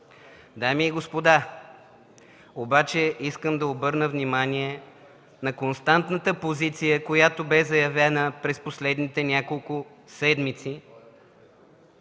Дами и господа, искам обаче да обърна внимание на константната позиция, която бе заявена през последните няколко седмици